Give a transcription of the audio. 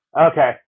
Okay